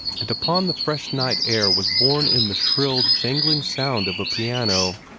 and upon the fresh night air was borne in the shrill, jangling sound of a piano,